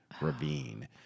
ravine